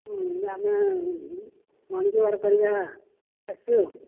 ଆମେ morning walk କରିବା ଆସିବୁ